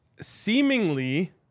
seemingly